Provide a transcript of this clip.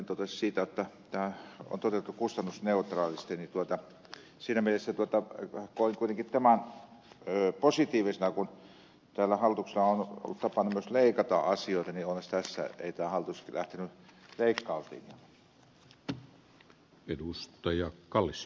kyllönen totesi jotta tämä on toteutettu kustannusneutraalisti niin siinä mielessä koin kuitenkin tämän positiivisena että kun tällä hallituksella on ollut tapana myös leikata asioita niin onneksi tässä ei tämä hallitus lähtenyt leikkauslinjalle